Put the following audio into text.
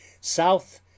South